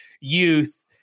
Youth